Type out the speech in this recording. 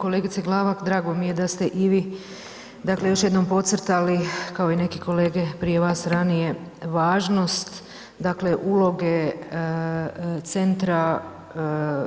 Kolegice Glavak, drago mi je da ste i vi, dakle, još jednom podcrtali, kao i neke kolege prije vas ranije, važnost, dakle, uloge centra